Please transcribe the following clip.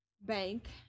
bank